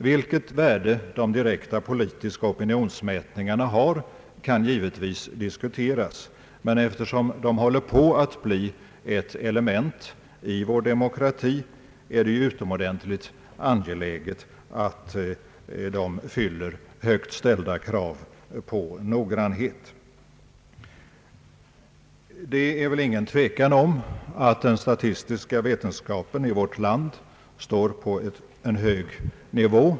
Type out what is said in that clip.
Vilket värde de direkta politiska opinionsmätningarna har kan givetvis diskuteras, men eftersom de håller på att bli ett element i vår demokrati är det ju utomordentligt angeläget att de fyller högt ställda krav på noggrannhet. Det är väl ingen tvekan om att den statistiska vetenskapen i vårt land står på en hög nivå.